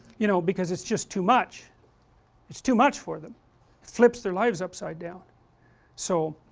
you know, because it's just too much it's too much for them flips their lives upside down so,